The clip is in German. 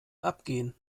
abgehen